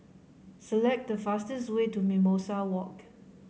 select the fastest way to Mimosa Walk